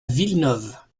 villeneuve